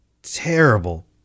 Terrible